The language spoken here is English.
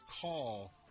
call